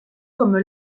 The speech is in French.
comme